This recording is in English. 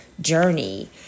journey